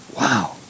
Wow